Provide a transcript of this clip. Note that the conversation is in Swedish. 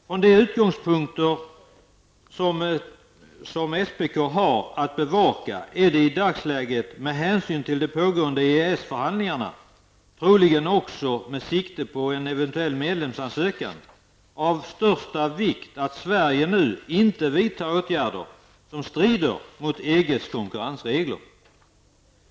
Från de utgångspunkter som SPK har att bevaka är det i dagsläget -- med hänsyn till de pågående EES förhandlingarna, troligen också med sikte på en eventuell medlemsansökan -- av största vikt att Sverige nu inte vidtar åtgärder som strider mot EGs konkurrensregler.